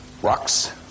rocks